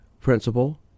principal